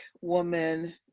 woman